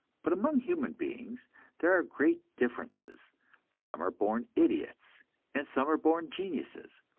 but among human beings there are great differences some are born idiots and some are born geniuses.